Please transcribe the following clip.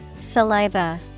Saliva